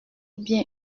bien